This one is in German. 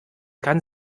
kann